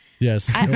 Yes